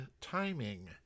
timing